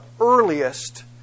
earliest